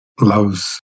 love's